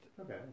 Okay